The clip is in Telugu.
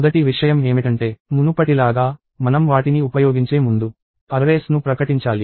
మొదటి విషయం ఏమిటంటే మునుపటిలాగా మనం వాటిని ఉపయోగించే ముందు అర్రేస్ ను ప్రకటించాలి